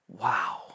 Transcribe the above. wow